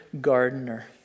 gardener